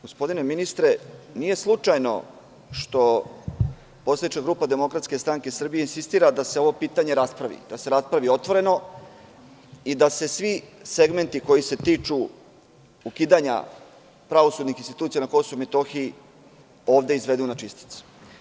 Gospodine ministre, nije slučajno što poslanička grupa DSS insistira da se ovo pitanje raspravi, da se raspravi otvoreno i da se svi segmenti koji se tiču ukidanja pravosudnih institucija na KiM ovde izvedu na čistac.